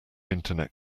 internet